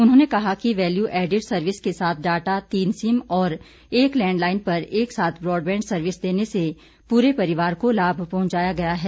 उन्होंने कहा कि वैल्यू एडिड सर्विस के साथ डाटा तीन सिम और एक लैडलाईन पर एक साथ ब्रॉडबैंड सर्विस देने से पूरे परिवार को लाभ पहुंचाया गया है